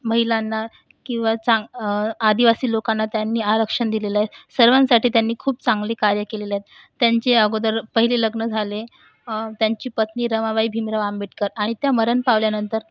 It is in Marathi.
महिलांना किंवा चा आदिवासी लोकांना त्यांनी आरक्षण दिलेलं आहे सर्वांसाठी त्यांनी खूप चांगले कार्य केलेले आहेत त्यांचे अगोदर पहिले लग्न झाले त्यांची पत्नी रमाबाई भीमराव आंबेडकर आणि त्या मरण पावल्यानंतर